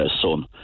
son